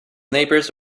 neighbors